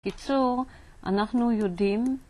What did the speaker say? בקיצור, אנחנו יודעים...